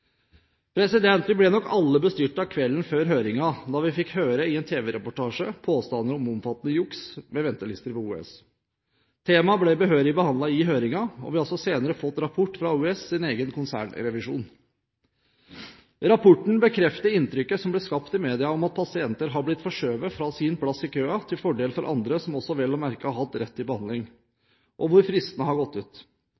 ble vi nok alle bestyrtet da vi i en tv-reportasje fikk høre påstander om omfattende juks med ventelister ved OUS. Temaet ble behørig behandlet i høringen, og vi har også senere fått rapport fra OUS’ egen konsernrevisjon. Rapporten bekrefter inntrykket som ble skapt i media av at pasienter har blitt forskjøvet fra sin plass i køen til fordel for andre, som vel å merke også hadde rett til behandling,